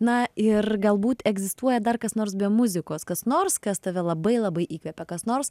na ir galbūt egzistuoja dar kas nors be muzikos kas nors kas tave labai labai įkvepia kas nors